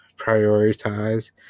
Prioritize